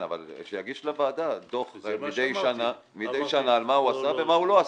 הוא יגיש לוועדה דוח מדי שנה מה הוא עשה ומה הוא לא עשה.